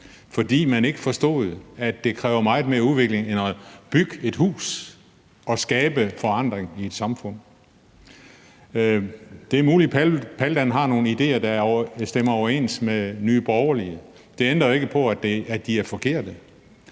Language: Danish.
fordi man ikke forstod, at det kræver meget mere udvikling end blot at bygge et hus at skabe forandring i et samfund. Det er muligt, at Paldam har nogle idéer, der stemmer overens med Nye Borgerliges, men det ændrer jo ikke på, at de er forkerte.